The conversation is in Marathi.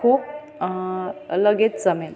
खूप लगेच जमेल